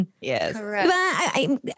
Yes